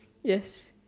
yes